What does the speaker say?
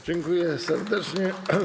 Dziękuję serdecznie.